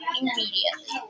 immediately